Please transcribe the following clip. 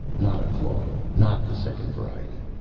not a claw. not the second variety.